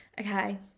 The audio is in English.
Okay